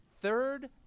third